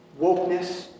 wokeness